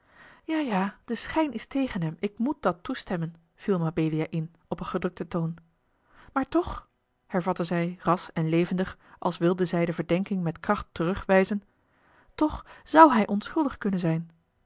ja ja de schijn is tegen hem ik moet dat toestemmen viel mabelia in op een gedrukten toon maar toch hervatte zij ras en levendig als wilde zij de verdenking met kracht terugwijzen toch zou hij onschuldig kunnen zijn